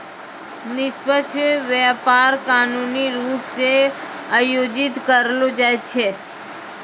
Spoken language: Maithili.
निष्पक्ष व्यापार कानूनी रूप से आयोजित करलो जाय छै